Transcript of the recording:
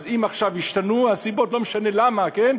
אז אם עכשיו השתנו הנסיבות, לא משנה למה, כן?